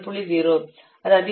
0 அது அதிகமாக இருந்தால் 0